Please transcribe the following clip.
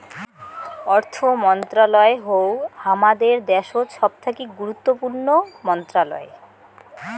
অর্থ মন্ত্রণালয় হউ হামাদের দ্যাশোত সবথাকি গুরুত্বপূর্ণ মন্ত্রণালয়